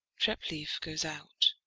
treplieff goes out.